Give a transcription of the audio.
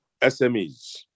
SMEs